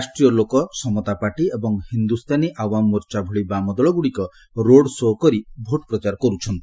ରାଷ୍ଟ୍ରୀୟ ଲୋକ ସମତା ପାର୍ଟି ଏବଂ ହିନ୍ଦୁସ୍ଥାନୀ ଆୱାମ ମୋର୍ଚ୍ଚା ଭଳି ବାମଦଳଗୁଡ଼ିକ ରୋଡ୍ ଶୋ' କରି ଭୋଟ୍ ପ୍ରଚାର କରୁଛନ୍ତି